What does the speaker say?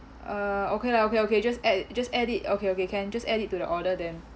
uh okay lah okay okay just add just add it okay okay can just add it to the order then